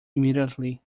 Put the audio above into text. immediately